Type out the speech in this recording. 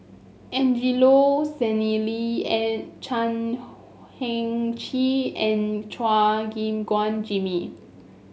Angelo Sanelli and Chan Heng Chee and Chua Gim Guan Jimmy